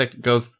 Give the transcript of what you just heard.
go